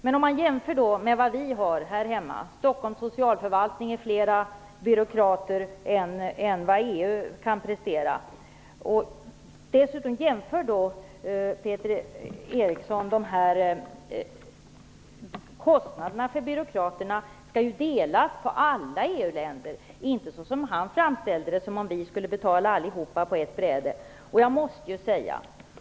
Men här hemma har Stockholms socialförvaltning flera byråkrater än vad EU kan prestera. Kostnaderna för byråkraterna skall ju delas av alla EU-länder. Det är inte så som Peter Eriksson framställde det, att vi skall betala allt på ett bräde.